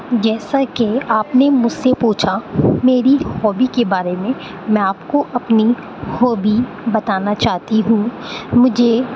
جیسا کہ آپ نے مجھ سے پوچھا میری ہابی کے بارے میں میں آپ کو اپنی ہابی بتانا چاہتی ہوں مجھے میری